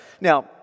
now